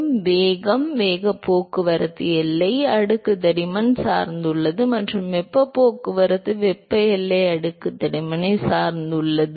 எனவே வேகம் வேகம் போக்குவரத்து எல்லை அடுக்கு தடிமன் சார்ந்துள்ளது மற்றும் வெப்ப போக்குவரத்து வெப்ப எல்லை அடுக்கு தடிமன் சார்ந்துள்ளது